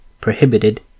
prohibited